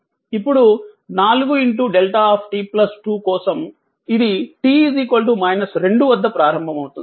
ఇప్పుడు 4 δt 2 కోసం ఇది t 2 వద్ద ప్రారంభమవుతుంది